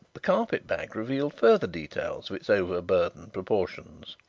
the carpet-bag revealed further details of its overburdened proportions.